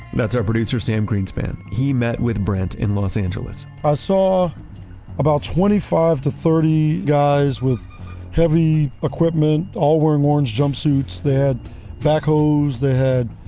that's our producer sam greenspan. he met with brent in los angeles i saw about twenty five to thirty guys with heavy equipment all wearing orange jumpsuits. they had backhoes, they had